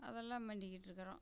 அதெல்லாம் பண்ணிக்கிட்டிருக்குறோம்